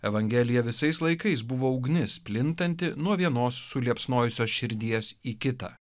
evangelija visais laikais buvo ugnis plintanti nuo vienos suliepsnojusios širdies į kitą